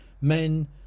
men